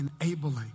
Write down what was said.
enabling